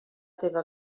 teva